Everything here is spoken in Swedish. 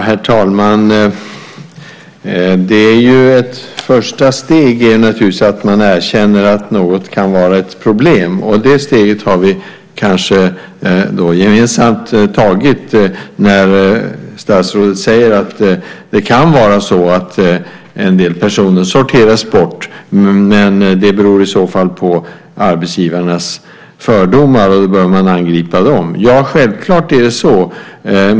Herr talman! Ett första steg är naturligtvis att man erkänner att något kan vara ett problem. Det steget har vi då kanske gemensamt tagit. Statsrådet säger ju att det kan vara så att en del personer sorteras bort, men det beror i så fall på arbetsgivarnas fördomar, och då bör man angripa dem. Ja, självklart är det så.